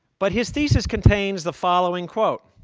but his thesis contains the following quote,